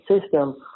system